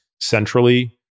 centrally